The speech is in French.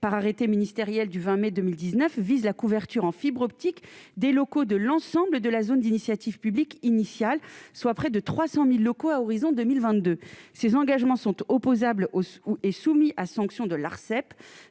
par arrêté ministériel du 20 mai 2019 vise la couverture en fibre optique, des locaux de l'ensemble de la zone d'initiative publique initiale, soit près de 300000 locaux à horizon 2022, ces engagements sont opposables aux sous et soumis à sanctions de l'Arcep